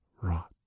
rot